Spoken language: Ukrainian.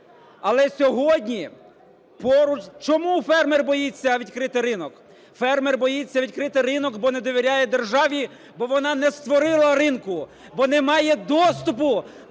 Але сьогодні… Чому фермер боїться відкрити ринок? Фермер боїться відкрити ринок, бо не довіряє державі, бо вона не створила ринку, бо немає доступу